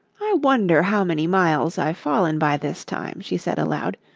i wonder how many miles i've fallen by this time she said aloud.